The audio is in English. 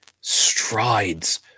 strides